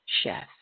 chef